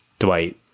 Dwight